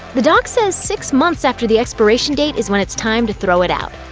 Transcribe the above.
the doc says six months after the expiration date is when it's time to throw it out.